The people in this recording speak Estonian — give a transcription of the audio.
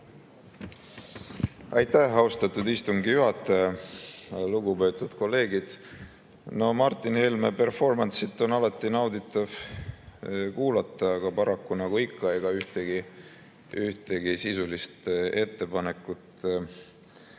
Aitäh, austatud istungi juhataja! Lugupeetud kolleegid! No Martin Helmeperformance'it on alati nauditav kuulata, aga paraku, nagu ikka, ega ühtegi sisulist ettepanekut